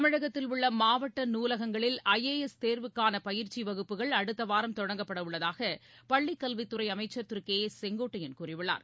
தமிழகத்தில் உள்ளமாவட்டநாலகங்களில் I A S தேர்வுக்கானபயிற்சிவகுப்புகள் அடுத்தவாரம் தொடங்கப்படவுள்ளதாகபள்ளிக்கல்வித்துறைஅமைச்சர் திருகே ஏ செங்கோட்டையன் கூறியுள்ளார்